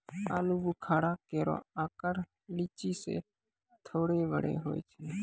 आलूबुखारा केरो आकर लीची सें थोरे बड़ो होय छै